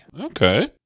Okay